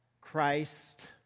Christ